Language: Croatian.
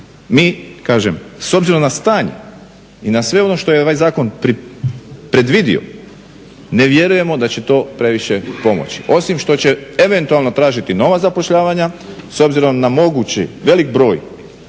mi kažem s obzirom na stanje i na sve ono što je ovaj zakon predvidio ne vjerujemo da će to previše pomoći osim što će eventualno tražiti nova zapošljavanja s obzirom na mogući velik broj